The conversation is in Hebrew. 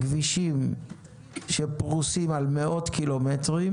כבישים שפרוסים על מאות קילומטרים